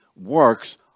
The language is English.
works